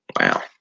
Wow